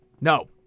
no